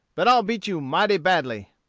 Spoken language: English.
but i'll beat you mighty badly.